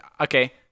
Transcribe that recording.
okay